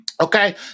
Okay